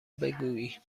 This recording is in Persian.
بگویی